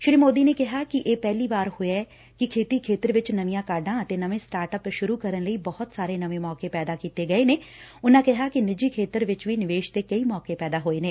ਸ੍ਰੀ ਮੋਦੀ ਨੇ ਕਿਹਾ ਕਿ ਇਹ ਪਹਿਲੀ ਵਾਰ ਹੋਇਐ ਕਿ ਖੇਤੀ ਖੇਤਰ ਵਿਚ ਨਵੀਆਂ ਕਾਢਾਂ ਅਤੇ ਨਵੇਂ ਸਟਾਟਅਪ ਸੁਰੂ ਕਰਨ ਲਈ ਬਹੁਤ ਸਾਰੇ ਨਵੇਂ ਮੌਕੇ ਪੈਦਾ ਕੀਤੇ ਗਏ ਨੇ ਉਨੂਾ ਕਿਹਾ ਕਿ ਨਿੱਜੀ ਖੇਤਰ ਚ ਵੀ ਨਿਵੇਸ਼ ਦੇ ਕਈ ਮੌਕੇ ਪੈਦਾ ਹੋਏ ਨੇ